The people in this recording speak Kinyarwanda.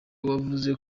wavuze